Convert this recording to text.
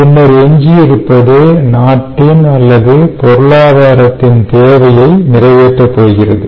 பின்னர் எஞ்சியிருப்பது நாட்டின் அல்லது பொருளாதாரத்தின் தேவையை நிறைவேற்ற போகிறது